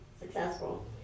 successful